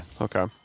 Okay